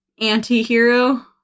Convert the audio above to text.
anti-hero